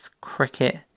cricket